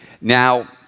Now